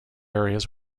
areas